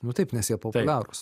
nu taip nes jie populiarūs